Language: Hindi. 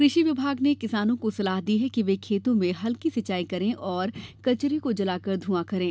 कृषि विभाग ने किसानों को सलाह दी है कि वे खेतों में हल्की सिंचाई करें और कचरे को जलाकर धुंआ करें